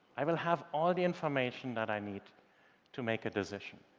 i will have all the information that i need to make a decision,